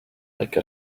like